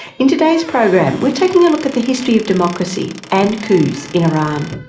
in today's program we're taking a look at the history of democracy and coups in iran.